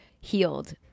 healed